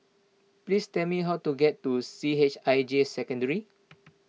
please tell me how to get to C H I J Secondary